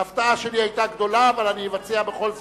ההפתעה שלי היתה גדולה אבל אני אבצע בכל זאת,